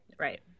Right